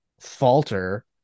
falter